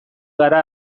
gara